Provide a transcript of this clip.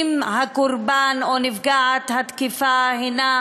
אם הקורבן או נפגעת התקיפה הנה